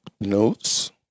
notes